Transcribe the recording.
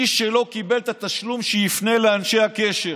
מי שלא קיבל את התשלום שיפנה לאנשי הקשר.